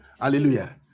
hallelujah